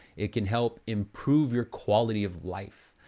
it can help improve your quality of life,